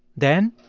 then